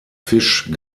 fisch